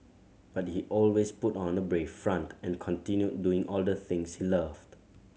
but he always put on a brave front and continued doing all the things he loved